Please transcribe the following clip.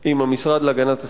עם המשרד להגנת הסביבה,